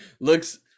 Looks